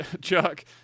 Chuck